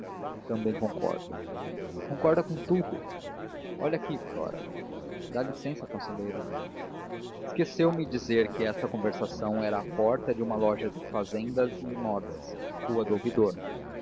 também concordo concorda com tudo olha aqui flora dá licença conselheiro esqueceu me dizer que esta conversação era à porta de uma loja de fazendas e modas rua do ouvidor